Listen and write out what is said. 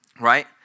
Right